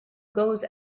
goes